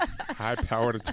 High-powered